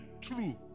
true